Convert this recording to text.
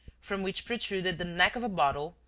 from which protruded the neck of a bottle,